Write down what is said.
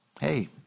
hey